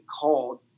called